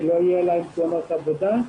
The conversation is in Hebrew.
שלא יהיו להם תאונות עבודה.